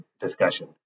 discussion